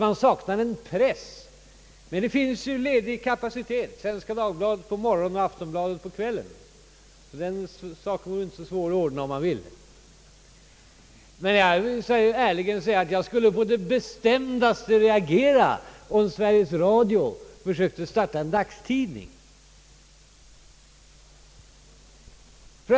Man saknar en press, men det finns ju kapacitet ledig hos Svenska Dagbladet på morgonen och Aftonbladet på kvällen. Den saken vore inte svår att ordna om man ville. Men jag vill ärligen säga, att jag skulle på det bestämdaste reagera om Sveriges Radio försökte starta en dagstidning.